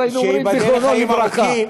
אז היינו אומרים: זיכרונו לברכה.